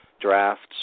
drafts